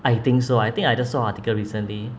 I think so I think I just saw an article recently